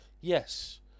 yes